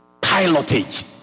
pilotage